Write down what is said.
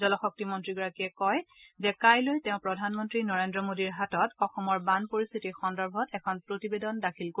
জলশক্তি মন্ত্ৰীগৰাকীয়ে কয় যে কাইলৈ তেওঁ প্ৰধানমন্ত্ৰী নৰেদ্ৰ মোদীৰ হাতত অসমৰ বান পৰিস্থিতি সন্দৰ্ভত এখন প্ৰতিবেদন দাখিল কৰিব